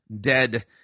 dead